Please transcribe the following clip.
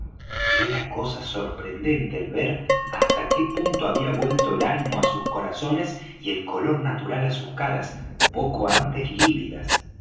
era cosa sorprendente el ver hasta qué punto había vuelto el ánimo á sus corazones y el color natural á sus caras poco antes